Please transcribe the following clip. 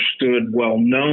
well-known